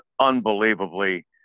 unbelievably